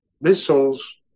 missiles